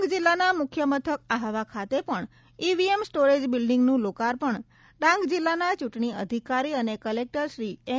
ડાંગ જિલ્લાના મુખ્ય મથક આહવા ખાતે પણ ઇવીએમ સ્ટોરેજ બિલ્ડીંગનું લોકાર્પણ ડાંગ જિલ્લાના ચૂંટણી અધિકારી અને કલેક્ટર શ્રી એન